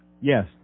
Yes